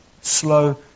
slow